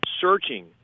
searching